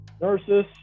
nurses